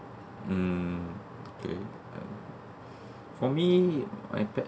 hmm okay for me my pet